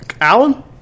Alan